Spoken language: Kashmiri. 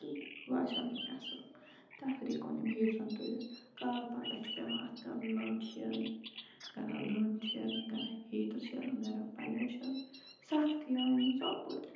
کِہیٖنۍ باسیٚو نہٕ مےٚ اصل تَفریک اوٚن أمۍ ہیٖٹرَن تُلِتھ کالہٕ پگہہ چھُ پیوان اَتھ کَرُن لٔنڑ شیرٕنۍ گَرا لٔنڑ شیرٕنۍ گَرا ہیٖٹَر شیرُن گَرا پَلیٹ شیرُن سَختی آیَم ژۄپٲرۍ